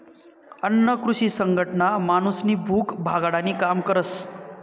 अन्न कृषी संघटना माणूसनी भूक भागाडानी काम करस